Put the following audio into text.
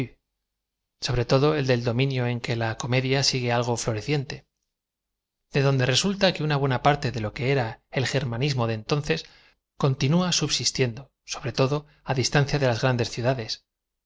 sobre todo en el dominio en que la come dia sigue algo floreciente de donde resulta que una buena parte de lo que era el germanismo de entonces continúa subsistiendo sobre todo á distancia de las grandes